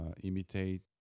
imitate